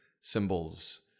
symbols